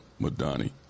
Madani